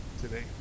today